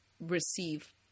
receive